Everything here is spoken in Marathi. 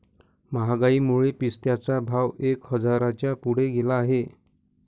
महागाईमुळे पिस्त्याचा भाव एक हजाराच्या पुढे गेला आहे